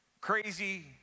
crazy